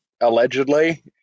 allegedly